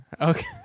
Okay